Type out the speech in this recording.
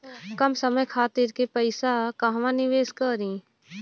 कम समय खातिर के पैसा कहवा निवेश करि?